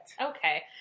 Okay